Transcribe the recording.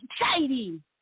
exciting